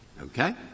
Okay